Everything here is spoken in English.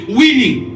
winning